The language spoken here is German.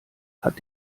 hat